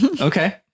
Okay